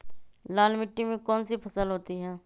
लाल मिट्टी में कौन सी फसल होती हैं?